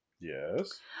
Yes